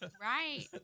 Right